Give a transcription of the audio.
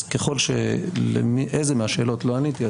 אז ככל שלאיזו מהשאלות לא עניתי,